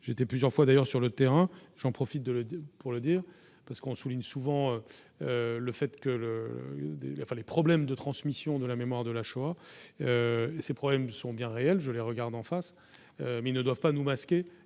j'étais plusieurs fois d'ailleurs sur le terrain, j'en profite de la pour le dire parce qu'on souligne souvent le fait que le enfin, les problèmes de transmission de la mémoire de la Shoah, ces problèmes sont bien réelles, je les regarde en face, mais ils ne doivent pas nous masquer